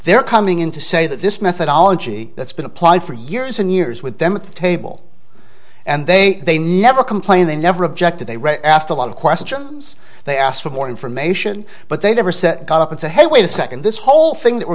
their coming in to say that this methodology that's been applied for years and years with them at the table and they they never complained they never objected they were asked a lot of questions they asked for more information but they never said come up and say hey wait a second this whole thing that we're